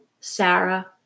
Sarah